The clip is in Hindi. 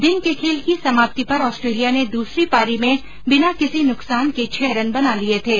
दिन के खेल की समाप्ति पर ऑस्ट्रेलिया ने दूसरी पारी में बिना किसी नुकसान के छह रन बना लिए थे